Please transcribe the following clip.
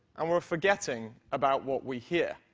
and we're forgetting about what we hear.